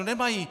Nemají!